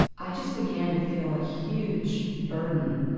i just began to feel a huge burden,